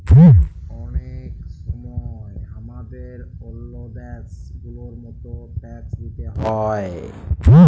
অলেক সময় হামাদের ওল্ল দ্যাশ গুলার মত ট্যাক্স দিতে হ্যয়